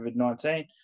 COVID-19